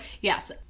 yes